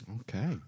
Okay